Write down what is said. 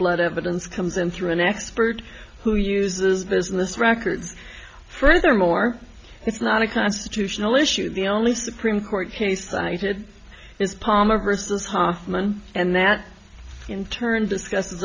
blood evidence comes in through an expert who uses business records furthermore it's not a constitutional issue the only supreme court case i did is palmer versus hoffman and that in turn discuss